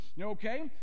Okay